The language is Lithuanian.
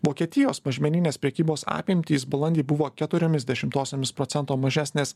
vokietijos mažmeninės prekybos apimtys balandį buvo keturiomis dešimtosiomis procento mažesnės